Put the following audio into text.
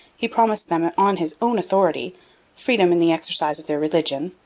he promised them on his own authority freedom in the exercise of their religion,